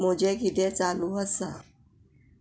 म्हजें कितें चालू आसा